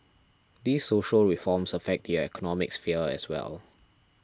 these social reforms affect the economic sphere as well